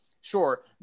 Sure